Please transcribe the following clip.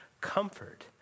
comfort